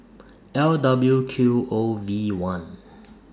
L W Q O V one